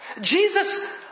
Jesus